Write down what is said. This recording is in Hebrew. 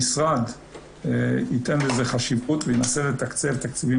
המשרד ייתן לזה חשיבות וינסה לתקצב תקציבים